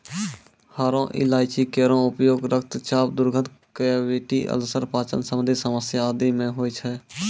हरो इलायची केरो उपयोग रक्तचाप, दुर्गंध, कैविटी अल्सर, पाचन संबंधी समस्या आदि म होय छै